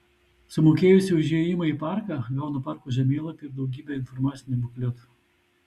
sumokėjusi už įėjimą į parką gaunu parko žemėlapį ir daugybę informacinių bukletų